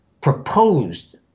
proposed